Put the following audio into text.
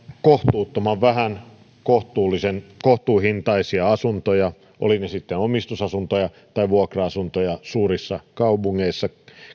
kohtuuttoman vähän kohtuuhintaisia asuntoja olivat ne sitten omistusasuntoja tai vuokra asuntoja suurissa kaupungeissa